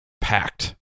packed